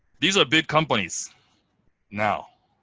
these are big companies now,